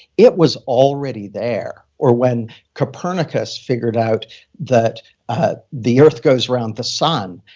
it was already there or when copernicus figured out that ah the earth goes around the sun,